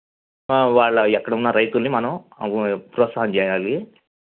వాళ్ళ ఎక్కడ ఉన్న రైతులని మనం ప్రోత్సాహం చేయాలి